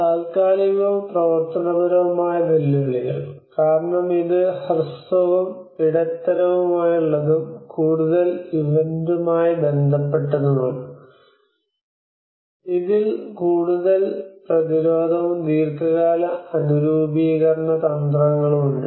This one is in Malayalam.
താൽക്കാലികവും പ്രവർത്തനപരവുമായ വെല്ലുവിളികൾ കാരണം ഇത് ഹ്രസ്വവും ഇടത്തരവുമായുള്ളതും കൂടുതലും ഇവന്റുമായി ബന്ധപ്പെട്ടതുമാണ് ഇതിന് കൂടുതൽ പ്രതിരോധവും ദീർഘകാല അനുരൂപീകരണ തന്ത്രങ്ങളും ഉണ്ട്